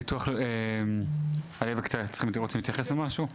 משרד העלייה, אתם רוצים להתייחס למשהו?